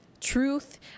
truth